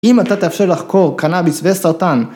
אם אתה תאפשר לחקור קנאביס וסרטן